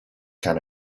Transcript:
can